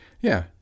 Yeah